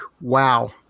wow